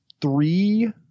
three